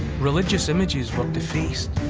religious images were defaced,